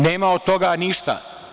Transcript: Nema od toga ništa.